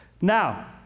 Now